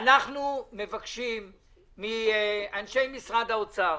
אנחנו מבקשים מאנשי משרד האוצר,